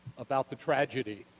about the tragedy.